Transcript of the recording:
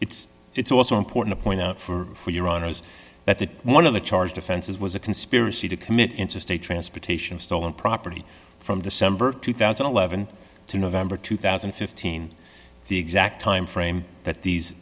the it's also important to point out for your honour's that the one of the charged offenses was a conspiracy to commit interstate transportation stolen property from december two thousand and eleven to november two thousand and fifteen the exact time frame that these